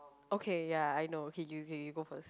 okay ya I know okay you you go first